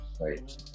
Right